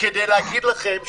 כדי להגיד לכם,